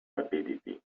rapidity